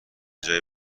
جایی